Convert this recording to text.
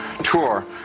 tour